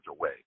away